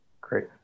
Great